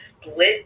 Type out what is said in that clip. split